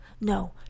No